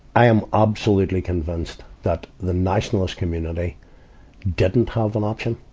i am absolutely convinced that the nationalists community didn't have an option.